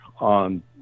on